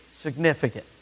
significant